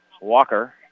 Walker